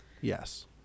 Yes